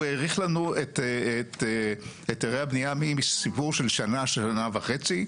הוא האריך לנו את היתרי הבנייה מסיפור של שנה לשנה וחצי,